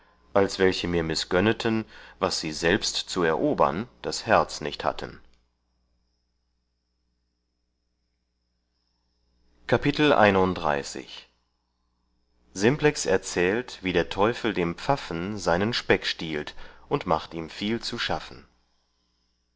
als welche mir mißgönneten was sie selbst zu erobern das herz nicht hatten das einunddreißigste kapitel simplex erzählt wie der teufel dem pfaffen seinen speck stiehlt und macht ihm viel zu schaffen